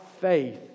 faith